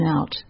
out